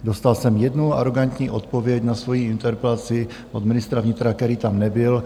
Dostal jsem jednu arogantní odpověď na svoji interpelaci od ministra vnitra, který tam nebyl.